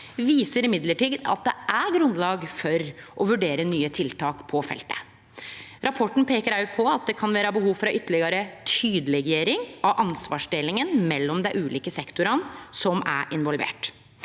viser likevel at det er grunnlag for å vurdere nye tiltak på feltet. Rapporten peikar òg på at det kan vere behov for ei ytterlegare tydeleggjering av ansvarsdelinga mellom dei ulike sektorane som er involverte.